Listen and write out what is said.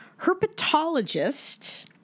herpetologist